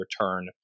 return